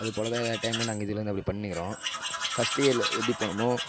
அதுபோல் தான் எல்லா டைமும் நாங்கள் இதுலேருந்து அப்படி பண்ணிகின்னு இருக்கிறோம் ஃபஸ்ட்டு இயரில் எப்படி போனோமோ